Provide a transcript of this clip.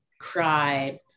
cried